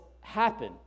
happen